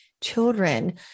children